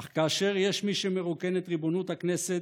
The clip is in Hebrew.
אך כאשר יש מי שמרוקן את ריבונות הכנסת